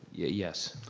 yeah yes.